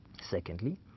Secondly